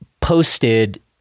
posted